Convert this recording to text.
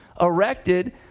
erected